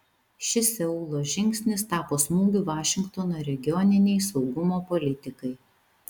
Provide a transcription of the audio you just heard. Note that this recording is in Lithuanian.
šis seulo žingsnis tapo smūgiu vašingtono regioninei saugumo politikai